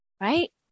right